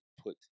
put